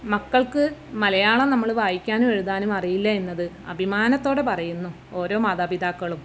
മക്കൾക്ക് മലയാളം നമ്മൾ വായിക്കാനും എഴുതാനും അറിയില്ല എന്നത് അഭിമാനത്തോടെ പറയുന്നു ഓരോ മാതാപിതാക്കളും